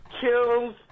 kills